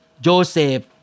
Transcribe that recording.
Joseph